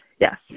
Yes